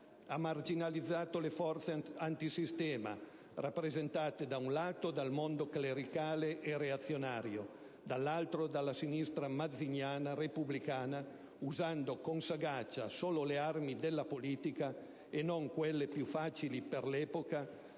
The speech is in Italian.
Ha marginalizzato le forze antisistema, rappresentate da un lato dal mondo clericale e reazionario, dall'altro dalla sinistra mazziniana, repubblicana, usando con sagacia solo le armi della politica e non quelle, più facili per l'epoca,